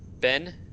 Ben